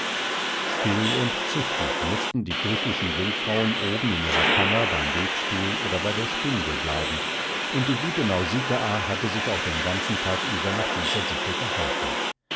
still und züchtig mußten die griechischen jungfrauen oben in ihrer kammer beim webstuhl oder bei der spindel bleiben und die gute nausikaa hatte sich auch den ganzen tag über nach dieser sitte gehalten